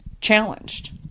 challenged